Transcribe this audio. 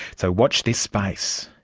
so watch this space.